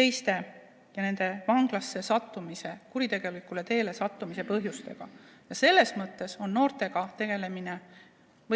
tegeleda vanglasse sattumise, kuritegelikule teele sattumise põhjustega. Ja selles mõttes on noortega tegelemine